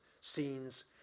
scenes